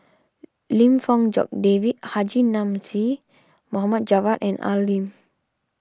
Lim Fong Jock David Haji Namazie Mohd Javad and Al Lim